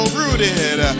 rooted